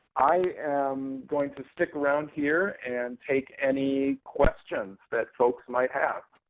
i am going to stick around here and take any questions that folks might have.